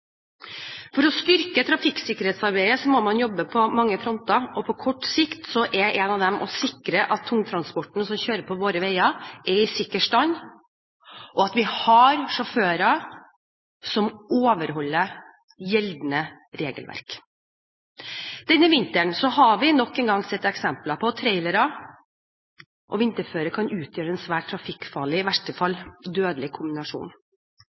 For å styrke trafikksikkerhetsarbeidet må man jobbe på mange fronter, og på kort sikt er en av dem å sikre at tungtransporten som kjører på våre veier, er i sikker stand, og at vi har sjåfører som overholder gjeldende regelverk. Denne vinteren har vi nok en gang sett eksempler på at trailere og vinterføre kan utgjøre en svært trafikkfarlig og i verste fall dødelig kombinasjon.